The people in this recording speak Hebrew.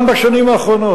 גם בשנים האחרונות,